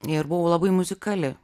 ir buvo labai muzikali